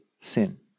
sin